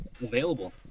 available